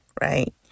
right